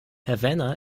havanna